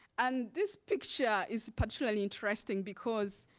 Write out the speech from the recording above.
and this picture is particularly interesting because,